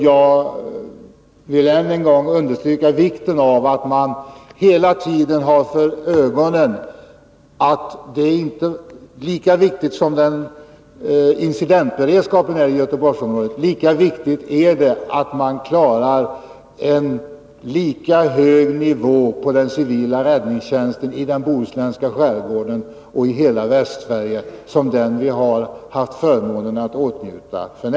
Jag vill än en gång understryka vikten av att man hela tiden har följande för ögonen: Lika viktigt som det är med incidentberedskapen är att man klarar enlika hög nivå på den civila räddningstjänsten i den bohuslänska skärgården och i hela Västsverige som den vi har förmånen att åtnjuta f. n.